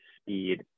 speed